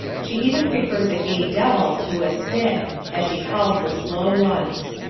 she even prefers a gay devil to a stick as she calls the slow ones.